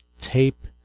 tape